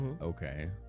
Okay